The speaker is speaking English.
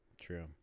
true